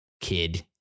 kid